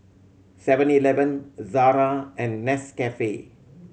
Seven Eleven Zara and Nescafe